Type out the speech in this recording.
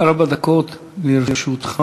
ארבע דקות לרשותך,